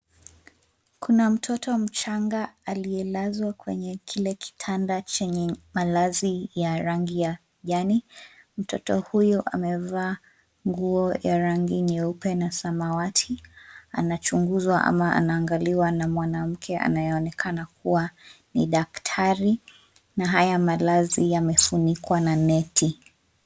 Kuna mtoto mchanga aliyelazwa kwenye kile kitanda chenye malazi ya rangi ya jani. Mtoto huyo amevaa nguo ya rangi nyeupe na samawati, anachunguzwa ama anaangaliwa na mwanamke anayeonekana kuwa ni daktari, na haya malazi yamefunikwa na neti.